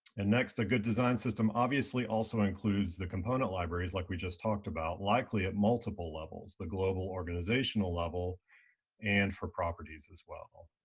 and next, a good design system obviously also includes the component libraries like we just talked about, likely at multiple levels, the global organizational level and for properties as well.